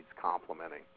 complementing